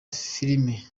filime